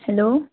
hello